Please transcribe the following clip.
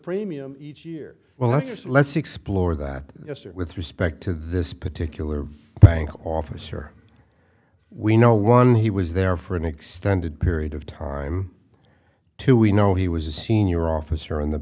premium each year well let's let's explore that yesterday with respect to this particular bank officer we know one he was there for an extended period of time to we know he was a senior officer in the